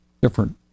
different